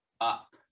up